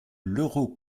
l’euro